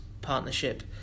partnership